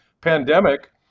pandemic